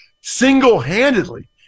single-handedly